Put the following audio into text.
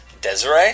Desiree